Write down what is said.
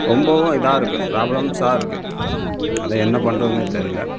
ரொம்பவும் இதாக இருக்கு ப்ராப்ளம்ஸாக இருக்கு அது என்ன பண்ணுறதுனே தெரியல